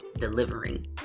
delivering